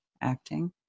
acting